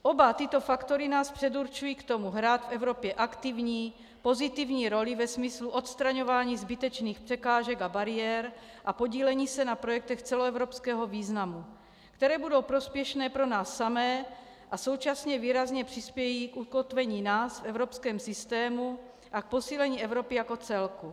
Oba tyto faktory nás předurčují k tomu, hrát v Evropě aktivní, pozitivní roli ve smyslu odstraňování zbytečných překážek a bariér a podílení se na projektech celoevropského významu, které budou prospěšné pro nás samé a současně výrazně přispějí k ukotvení nás v evropském systému a k posílení Evropy jako celku.